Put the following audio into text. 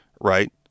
right